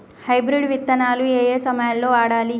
Hybrid విత్తనాలు ఏయే సమయాల్లో వాడాలి?